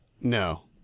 No